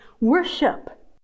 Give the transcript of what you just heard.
Worship